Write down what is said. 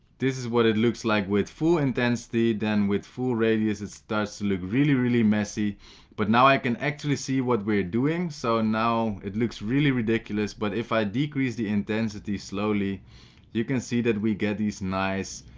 this is what it looks like with full intensity then with full radius it starts to look really really messy but now i can actually see what we're doing so now it looks really ridiculous but if i decrease the intensity slowly you can see that we get these nice